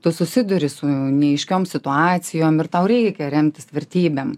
tu susiduri su neaiškiom situacijom ir tau reikia remtis vertybėm